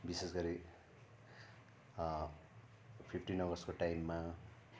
विशेष गरी फिफ्टिन अगस्टको टाइममा